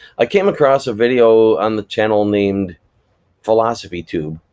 i came across a video on the channel named philosophy tube,